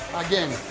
again,